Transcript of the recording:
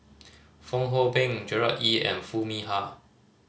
Fong Hoe Beng Gerard Ee and Foo Mee Har